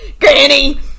Granny